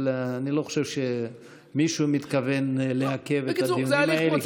אבל אני לא חושב שמישהו מתכוון לעכב את הדיונים האלה.